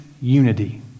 unity